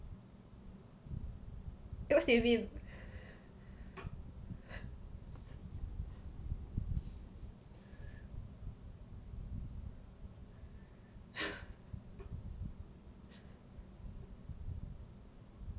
because the wind